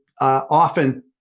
often